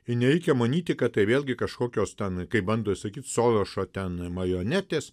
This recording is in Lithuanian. nereikia manyti kad tai vėlgi kažkokios ten kaip bando sakyt sorošo ten marionetės